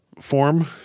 form